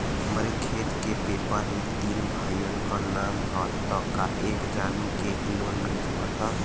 हमरे खेत के पेपर मे तीन भाइयन क नाम ह त का एक जानी के ही लोन मिल सकत ह?